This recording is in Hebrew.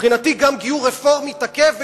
מבחינתי גם גיור רפורמי תקף,